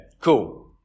Cool